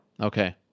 Okay